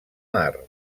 mar